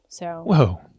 Whoa